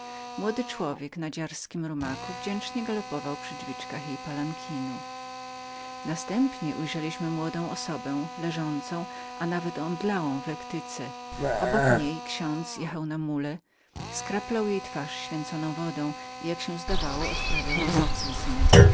młody człowiek na dziarskim rumaku wdzięcznie toczył obok drzwiczek jej palankinu dalej postępowała młoda osoba leżąca a nawet omdlała w lektyce obok niej ksiądz jechał na mule skrapiał jej twarz święconą wodą i o ile się zdawało odprawiał exorcyzmy